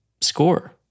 score